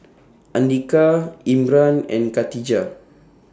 Andika Imran and Khatijah